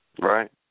Right